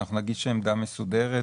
שאנחנו נגיש עמדה מסודרת.